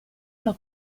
alla